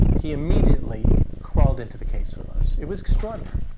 he immediately crawled into the case with us. it was extraordinary